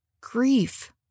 grief